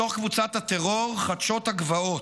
מתוך קבוצת הטרור חדשות הגבעות,